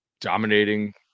dominating –